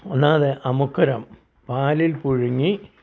ഒന്നാമത് അമുക്കുരം പാലിൽ പുഴുങ്ങി